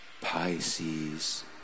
Pisces